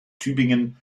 tübingen